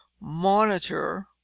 monitor